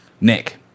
Nick